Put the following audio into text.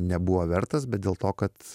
nebuvo vertas bet dėl to kad